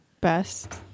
best